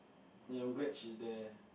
ya I'm glad she's there